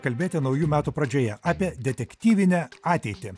kalbėti naujų metų pradžioje apie detektyvinę ateitį